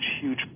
huge